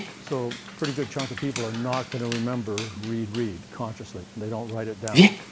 so pretty good chunk of people are not going to remember reed read, consciously they don't write it down.